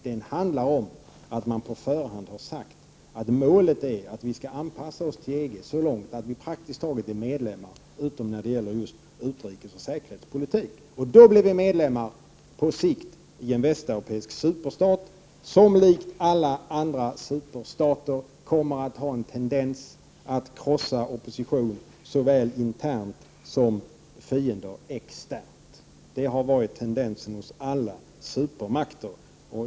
Den handlar om att man på förhand har sagt att målet är att vi skall anpassa oss till EG så långt att vårt land praktiskt taget är medlem utom när det gäller utrikes-och säkerhetspolitik. Då blir Sverige på sikt medlem i en västeuropeisk superstat som liksom alla andra superstater har en tendens att krossa såväl oppositionen internt som fiender externt. Det har varit tendensen hos alla supermakter.